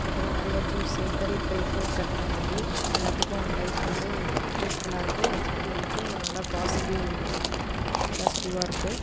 அப்புறம் நிறைய ஜூஸ் பெரிய பெரிய ஃப்ரூட் கட் பண்ணுறது எல்லாத்துக்கும் நைஃப் வந்து யூஸ்ஃபுல்லாக இருக்குது எக்ஸ்பிரியன்ஸ்ஸும் நல்லா பாசிட்டிவ் பாசிட்டிவாக இருக்குது